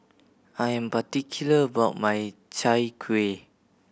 I am particular about my Chai Kuih